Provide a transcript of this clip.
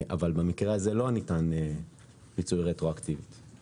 אבל במקרה הזה לא ניתן פיצוי רטרואקטיבי.